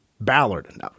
Ballard